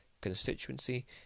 constituency